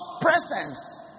presence